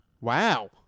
Wow